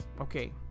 okay